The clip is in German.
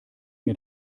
mir